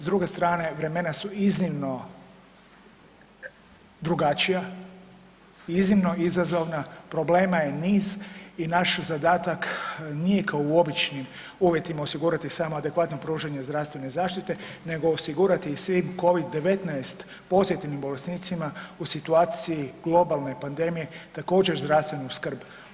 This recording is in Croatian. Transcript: S druge strane, vremena su iznimno drugačija, iznimno izazovna, problema je niz i naš zadatak nije kao u običnim uvjetima osigurati samo adekvatno pružanje zdravstvene zaštite nego osigurati i svim Covid-19 pozitivnim bolesnicima u situaciji globalne pandemije također zdravstvenu skrb.